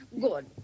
Good